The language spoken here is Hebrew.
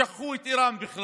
שכחו בכלל את איראן.